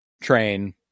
train